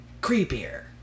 creepier